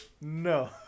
no